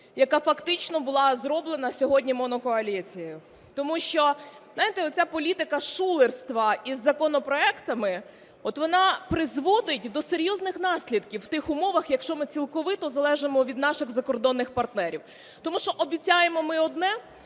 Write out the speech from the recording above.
яка фактично була зроблена сьогодні монокоаліцією. Тому що, знаєте, оця політика шулерства із законопроектами, от вона призводить до серйозних наслідків в тих умовах, якщо ми цілковито залежимо від наших закордонних партнерів. Тому що обіцяємо ми одне